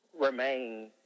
remain